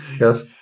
Yes